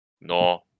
No